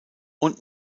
und